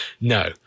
no